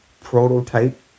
prototype